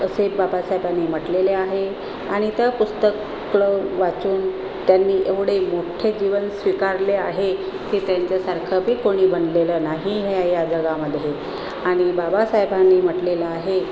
असे बाबासाहेबांनी म्हटलेले आहे आणि त्या पुस्तकाला वाचून त्यांनी एवढे मोठे जीवन स्वीकारले आहे की त्यांच्यासारखं बी कोणी बनलेलं नाही ह्याय या जगामध्ये आणि बाबासाहेबांनी म्हटलेलं आहे